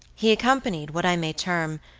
he accompanied, what i may term,